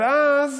אבל אז